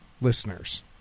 listeners